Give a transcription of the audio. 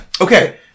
Okay